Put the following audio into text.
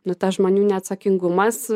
nu tas žmonių neatsakingumas